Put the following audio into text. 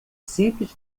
simples